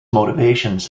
motivations